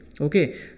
okay